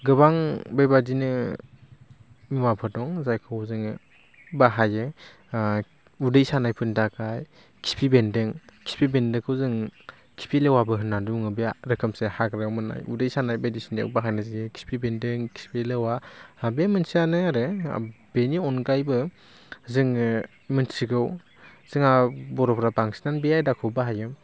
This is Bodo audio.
गोबां बेबायदिनो मुवाफोर दं जायखौ जोङो बाहायो उदै सानायफोरनि थाखाय खिफि बेन्दों खिफि बेन्दोंखौ जों खिफि लेवाबो होना बुङो बे रोखोमसे हाग्रायाव मोन्नाय उदै सानाय बायदिसिनायाव बाहायनाय जायो खिफि बेन्दों खिफि लेवा बे मोनसेआनो आरो बेनि अनगायैबो जोङो मिथिगौ जोंहा बर'फ्रा बांसिनानो बे आयदाखौ बाहायो